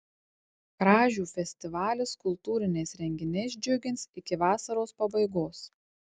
kražių festivalis kultūriniais renginiais džiugins iki vasaros pabaigos